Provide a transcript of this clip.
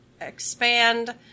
expand